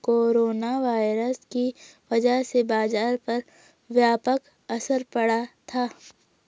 corona virus की वजह से बाजार पर व्यापक असर पड़ा था